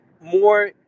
more